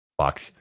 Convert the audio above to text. Fuck